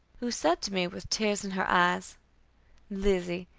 who said to me, with tears in her eyes lizzie,